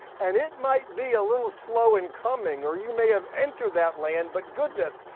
and it might be a little slow in coming or you may have entered that land, but goodness,